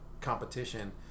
competition